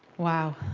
wow.